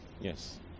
Yes